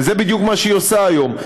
וזה בדיוק מה שהיא עושה היום.